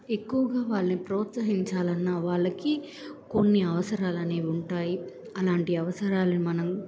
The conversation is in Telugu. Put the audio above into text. ఎక్కువగా వాళ్ళని ప్రోత్సహించాలన్న వాళ్ళకి కొన్ని అవసరాలనేవి ఉంటాయి అలాంటి అవసరాలని మనం